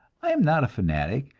i am not a fanatic,